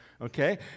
okay